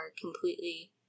completely